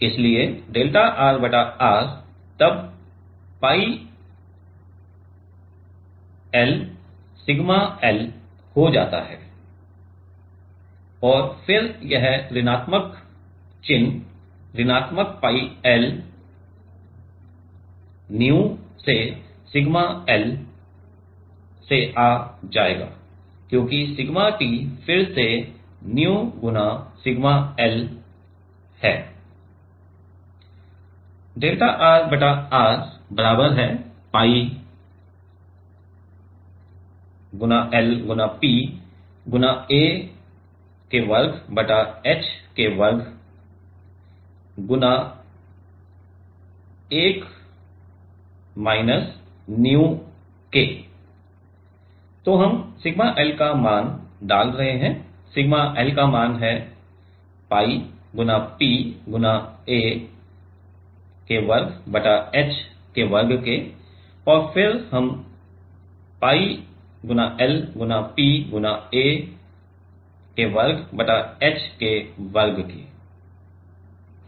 इसलिए delta R बटा R तब pi L सिग्मा L हो जाता है और फिर यह ऋण चिन्ह ऋणात्मक pi L nu से सिग्मा L से आ जाएगा क्योंकि सिग्मा T फिर से nu गुणा सिग्मा L है डेल्टा R बटा R बराबर है pi L P गुणा a वर्ग बटा h वर्ग गुणा 1 घटा nu है तो हम सिग्मा L का मान डाल रहे हैं सिग्मा L का मान pi P गुणा a वर्ग बटा h वर्ग है और फिर हम pi L गुणा P गुणा a वर्ग बटा h वर्ग हैं